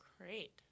Great